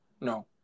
no